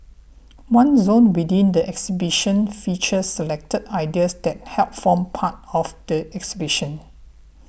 one zone within the exhibition features selected ideas that helped form part of the exhibition